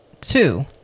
Two